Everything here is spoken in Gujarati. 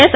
એસ